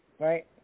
right